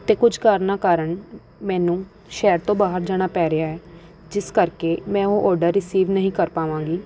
ਅਤੇ ਕੁਝ ਕਾਰਨਾਂ ਕਾਰਨ ਮੈਨੂੰ ਸ਼ਹਿਰ ਤੋਂ ਬਾਹਰ ਜਾਣਾ ਪੈ ਰਿਹਾ ਹੈ ਜਿਸ ਕਰਕੇ ਮੈਂ ਉਹ ਆਰਡਰ ਰਿਸੀਵ ਨਹੀਂ ਕਰ ਪਾਵਾਂਗੀ